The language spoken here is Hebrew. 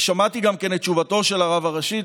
ושמעתי גם כן את תשובתו של הרב הראשי,